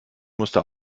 musste